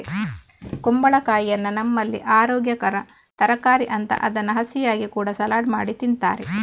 ಕುಂಬಳಕಾಯಿಯನ್ನ ನಮ್ಮಲ್ಲಿ ಅರೋಗ್ಯಕರ ತರಕಾರಿ ಅಂತ ಅದನ್ನ ಹಸಿಯಾಗಿ ಕೂಡಾ ಸಲಾಡ್ ಮಾಡಿ ತಿಂತಾರೆ